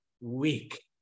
weak